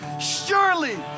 surely